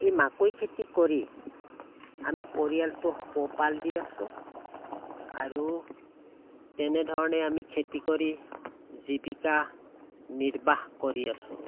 এই মাকৈ খেতি কৰি আমি পৰিয়ালটো পোহপাল দি আছোঁ আৰু তেনেধৰণে আমি খেতি কৰি জীৱিকা নিৰ্বাহ কৰি আছোঁ